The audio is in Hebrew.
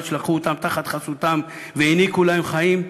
שלקחו אותם תחת חסותם והעניקו להם חיים,